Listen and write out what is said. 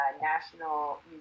National